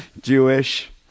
Jewish